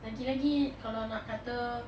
lagi-lagi kalau nak kata